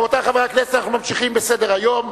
רבותי חברי הכנסת, אנחנו ממשיכים בסדר-היום.